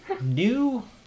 New